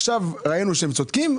ראינו שצודקים.